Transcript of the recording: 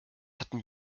hatten